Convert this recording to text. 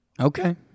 Okay